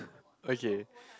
okay